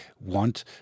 want